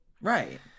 Right